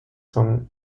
song